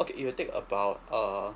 okay it will take about uh